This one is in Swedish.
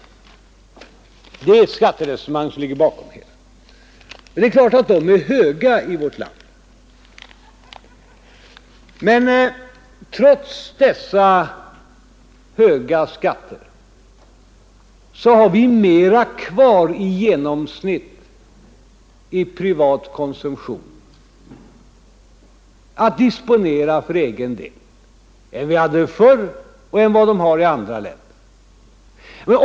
Det är ett skatteresonemang som ligger bakom. Det är klart att skatterna är höga i vårt land. Men trots dessa höga skatter har vi i genomsnitt mera kvar att disponera för egen del för privat konsumtion än vi hade förr och mer än människor har i andra länder.